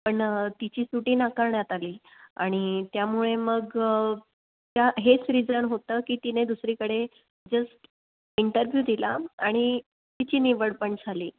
पण तिची सुट्टी नाकारण्यात आली आणि त्यामुळे मग हेच रिजन होतं की तिने दुसरीकडे जस्ट इंटरव्ह्यू दिला आणि तिची निवड पण झाली